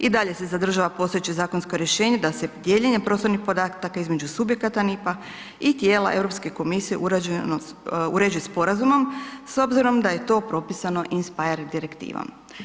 I dalje se zadržava postojeće zakonsko rješenje da se dijeljenjem prostornih podataka između subjekata NIPP-a i tijela Europske komisije uređuje sporazumom s obzirom da je to propisano in speyer Direktivom.